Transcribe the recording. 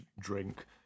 drink